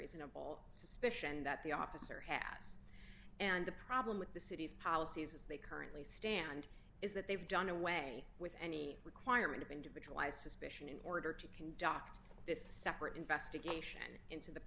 reasonable suspicion that the officer had asked and the problem with the city's policies as they currently stand is that they've done away with any requirement of individualized suspicion in order to conduct this separate investigation